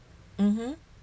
mmhmm